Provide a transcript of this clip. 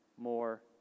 more